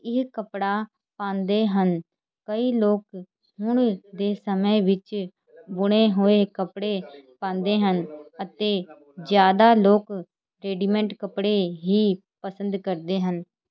ਇਹ ਕੱਪੜਾ ਪਾਉਂਦੇ ਹਨ ਕਈ ਲੋਕ ਹੁਣ ਦੇ ਸਮੇਂ ਵਿੱਚ ਬੁਣੇ ਹੋਏ ਕੱਪੜੇ ਪਾਉਂਦੇ ਹਨ ਅਤੇ ਜ਼ਿਆਦਾ ਲੋਕ ਰੈਡੀਮੈਂਟ ਕੱਪੜੇ ਹੀ ਪਸੰਦ ਕਰਦੇ ਹਨ